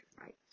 right